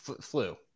flu